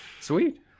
Sweet